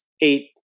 eight